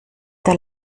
der